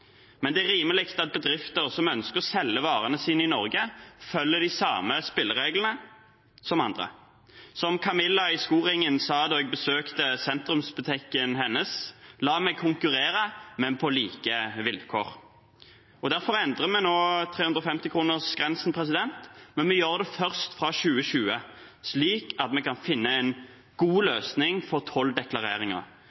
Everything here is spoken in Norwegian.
men det er rimelig at bedrifter som ønsker å selge varene sine i Norge følger de samme spillereglene som andre. Camilla i Skoringen sa da jeg besøkte sentrumsbutikken hennes: La meg konkurrere, men på like vilkår. Derfor endrer vi nå 350-kronersgrensen, men vi gjør det først fra 2020, slik at vi kan finne en god